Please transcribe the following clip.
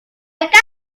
renta